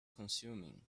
consuming